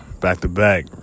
back-to-back